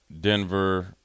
Denver